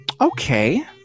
Okay